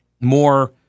more